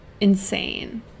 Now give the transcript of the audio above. insane